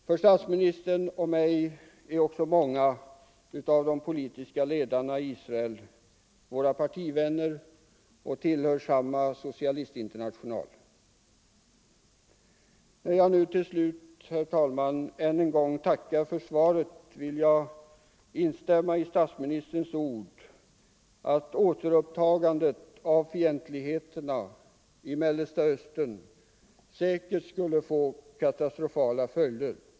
För statsministern och mig är också många av de politiska ledarna i Israel våra partivänner och tillhör samma socialistinternational. När jag nu till slut, herr talman, än en gång tackar för svaret vill jag instämma i statsministerns ord att ett återupptagande av fientligheterna i Mellersta Östern säkerligen skulle få katastrofala följder.